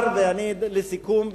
לסיכום,